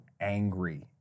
angry